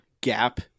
gap